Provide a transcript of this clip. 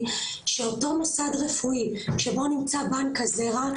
שאותו מוסד רפואי שבו נמצא בנק הזרע,